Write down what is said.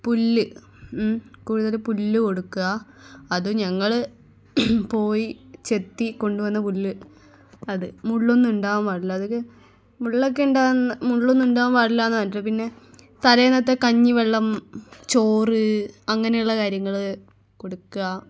പുല്ല് കൂടുതൽ പുല്ല് കൊടുക്കുക അത് ഞങ്ങൾ പോയി ചെത്തി കൊണ്ടുവന്ന പുല്ല് അത് മുള്ളൊന്നും ഉണ്ടാവാൻ പാടില്ല അതൊക്കെ മുള്ളൊക്കെ ഇ മുള്ളൊന്നും ഉണ്ടാവാൻ പാടില്ല പറഞ്ഞിട്ട് പിന്നെ തലേന്നത്തെ കഞ്ഞിവെള്ളം ചോറ് അങ്ങനെയുള്ള കാര്യങ്ങൾ കൊടുക്കുക